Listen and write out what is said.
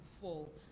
fall